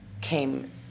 came